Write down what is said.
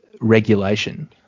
regulation